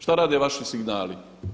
Što rade vaši signali?